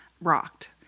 rocked